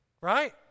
right